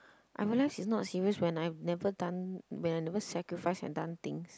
I realise it's not serious when I never done when I never sacrifice and done things